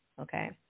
Okay